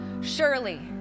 Surely